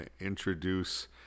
introduce